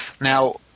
Now